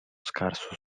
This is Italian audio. scarso